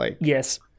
Yes